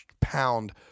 pound